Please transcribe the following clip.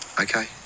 okay